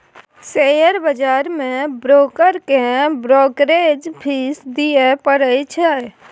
share बजार मे broker केँ ब्रोकरेज फीस दियै परै छै